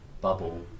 bubble